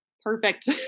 perfect